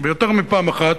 יותר מפעם אחת,